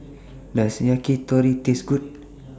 Does Yakitori Taste Good